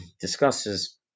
discusses